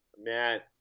Matt